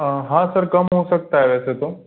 हाँ सर कम हो सकता है वैसे तो